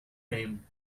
name